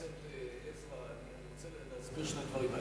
חבר הכנסת עזרא, אני רוצה להסביר שני דברים.